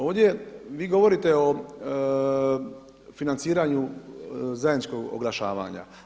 Ovdje vi govorite o financiranju zajedničkog oglašavanja.